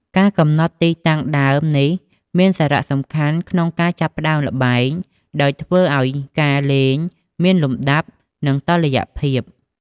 ការកំណត់ទីតាំងដើមនេះមានសារៈសំខាន់ក្នុងការចាប់ផ្តើមល្បែង ដោយធ្វើឲ្យការលេងមានលំដាប់ និងតុល្យភាព។